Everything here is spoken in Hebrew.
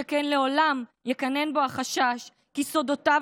שכן לעולם יקנן בו החשש כי סודותיו